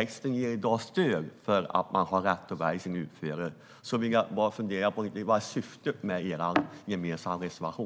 Lagstiftningen ger i dag stöd för att man har rätt att välja utförare. Då undrar jag vad som är syftet med er gemensamma reservation.